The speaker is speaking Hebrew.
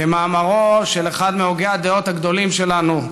כמאמרו של אחד מהוגי הדעות הגדולים שלנו,